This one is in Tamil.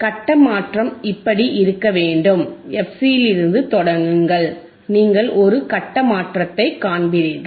கட்ட மாற்றம் இப்படி இருக்க வேண்டும் fC இலிருந்து தொடங்குங்கள் நீங்கள் ஒரு கட்ட மாற்றத்தைக் காண்பீர்கள்